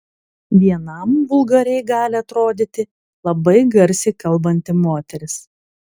vienam vulgariai gali atrodyti labai garsiai kalbanti moteris